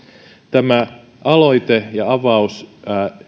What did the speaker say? tämä aloite ja avaus